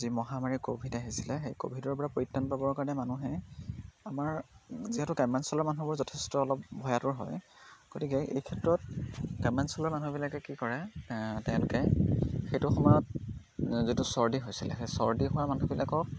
যি মহামাৰী ক'ভিড আহিছিলে সেই ক'ভিডৰ পৰা পৰিত্ৰাণ পাবৰ কাৰণে মানুহে আমাৰ যিহেতু গ্ৰাম্যাঞ্চলৰ মানুহবোৰ যথেষ্ট অলপ ভয়াতুৰ হয় গতিকে এই ক্ষেত্ৰত গ্ৰাম্যাঞ্চলৰ মানুহবিলাকে কি কৰে তেওঁলোকে সেইটো সময়ত যিটো চৰ্দি হৈছিলে সেই চৰ্দি হোৱা মানুহবিলাকক